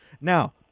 Now